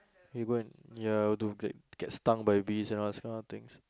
you go and ya do get get stung by bees and all these kind of things